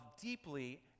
deeply